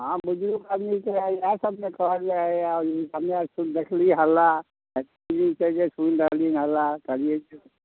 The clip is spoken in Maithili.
हॅं बुजुर्ग आदमी सभ हइ इएह सभ ने कहब जे हमही आर देखली हँ हल्ला तीन दिन से जे सुनि रहली हँ हल्ला तभिये